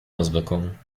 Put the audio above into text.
auswirkungen